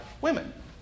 women